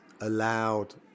allowed